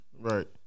Right